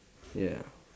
ya